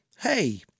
Hey